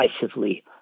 decisively